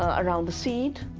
ah around the seed,